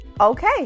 Okay